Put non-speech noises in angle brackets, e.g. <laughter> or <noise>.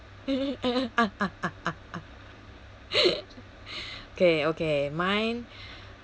<laughs> okay okay mine